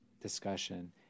discussion